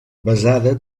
basada